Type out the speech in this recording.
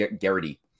Garrity